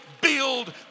build